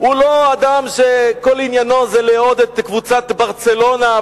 הוא לא אדם שכל עניינו זה לאהוד את קבוצת "ברצלונה",